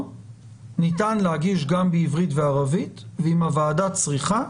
ניתן להגיש גם בעברית וערבית ואם הוועדה צריכה,